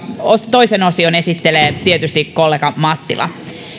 toisen osion esittelee tietysti kollega mattila